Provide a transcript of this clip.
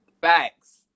Facts